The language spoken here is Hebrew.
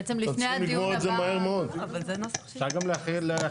בעצם לפני הדיון הבא --- אתם צריכים לגמור את זה מהר מאוד.